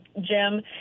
Jim